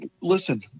listen